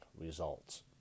results